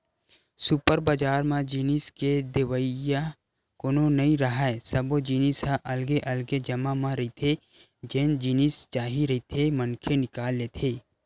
super बजार म जिनिस के देवइया कोनो नइ राहय, सब्बो जिनिस ह अलगे अलगे जघा म रहिथे जेन जिनिस चाही रहिथे मनखे निकाल लेथे